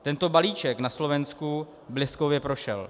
Tento balíček na Slovensku bleskově prošel.